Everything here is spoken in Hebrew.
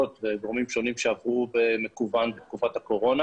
וגורמים שונים שעברו למקוון בתקופת הקורונה